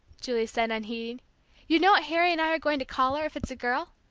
julie said, unheeding, you know what harry and i are going to call her, if it's a girl?